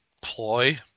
ploy